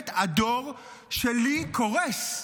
הדור שלי קורס,